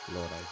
Lord